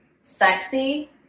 sexy